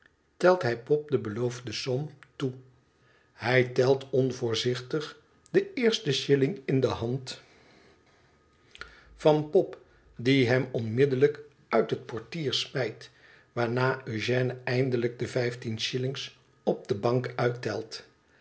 telt hij pop de beloofde som toe hij telt onvoorzichtig den eersten shilling in de hand pop die hem onmiddellijk uit het portier smijt waarna eugène eindelijk de vijftien shillings op de bank uittelt